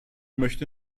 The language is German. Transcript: möchte